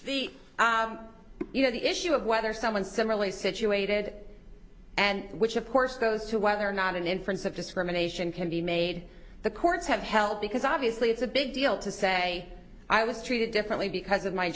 the you know the issue of whether someone similarly situated and which of course goes to whether or not an inference of discrimination can be made the courts have held because obviously it's a big deal to say i was treated differently because of my